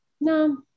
no